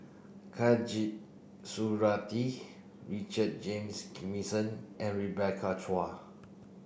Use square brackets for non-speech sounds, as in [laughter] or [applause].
Khatijah Surattee Richard James [unintelligible] and Rebecca Chua